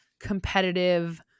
competitive